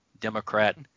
Democrat